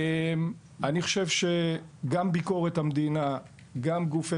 אני חושב שגם ביקורת המדינה וגם גופי